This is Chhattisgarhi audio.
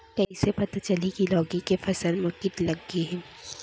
कइसे पता चलही की लौकी के फसल मा किट लग गे हे?